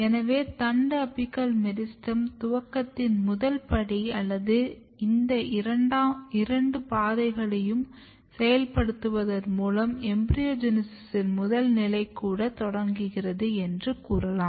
எனவே தண்டு apical meristem துவக்கத்தின் முதல் படி அல்லது இந்த இரண்டு பாதைகளையும் செயல்படுத்துவதன் மூலம் எம்பிரியோஜெனிசிஸ்ஸின் முதல் நிலை கூட தொடங்குகிறது என்று கூறலாம்